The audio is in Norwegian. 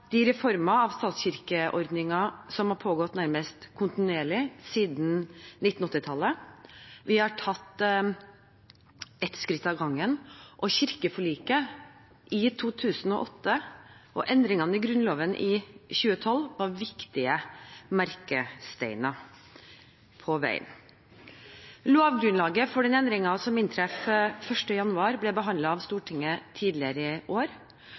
de reformer av statskirkeordningen som har pågått nærmest kontinuerlig siden 1980-tallet. Vi har tatt ett skritt av gangen. Kirkeforliket i 2008 og endringene i Grunnloven i 2012 var viktige merkesteiner på veien. Lovgrunnlaget for den endringen som inntreffer 1. januar, ble behandlet av Stortinget tidligere i år.